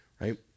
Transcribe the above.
Right